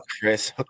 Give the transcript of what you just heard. Chris